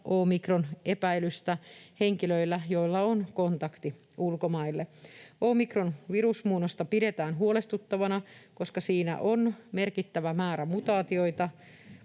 omikronepäilystä henkilöillä, joilla on kontakti ulkomaille. Omikronvirusmuunnosta pidetään huolestuttavana, koska siinä on merkittävä määrä mutaatioita